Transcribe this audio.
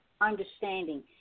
understanding